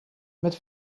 met